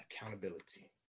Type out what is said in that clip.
accountability